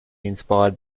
inspired